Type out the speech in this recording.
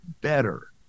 better